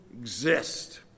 exist